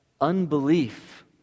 unbelief